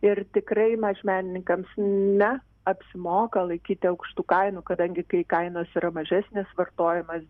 ir tikrai mažmenininkams ne apsimoka laikyti aukštų kainų kadangi kai kainos yra mažesnės vartojimas